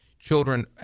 Children